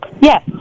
Yes